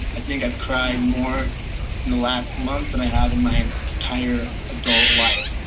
i think i've cried more in the last month than i have in my entire adult life.